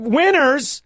winners